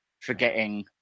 forgetting